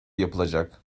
yapılacak